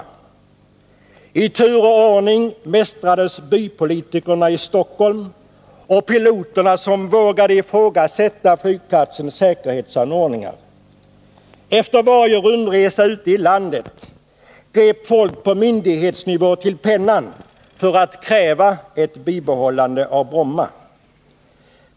I tur och ordning mästrades bypolitikerna i Stockholm och piloterna som vågade ifrågasätta flygplatsens säkerhetsanordningar. Efter varje rundresa som han gjorde ute i landet grep folk på myndighetsnivå till pennan för att kräva ett bibehållande av Bromma.